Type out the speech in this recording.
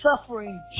suffering